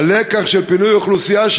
הלקח של פינוי אוכלוסייה,